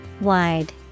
Wide